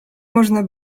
można